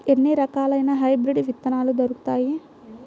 ఎన్ని రకాలయిన హైబ్రిడ్ విత్తనాలు దొరుకుతాయి?